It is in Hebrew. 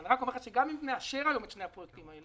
אני רק אומר שגם אם נאשר היום את שני הפרויקטים האלה,